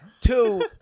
Two